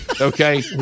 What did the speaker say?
Okay